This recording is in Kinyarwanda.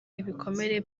ibikomere